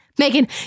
Megan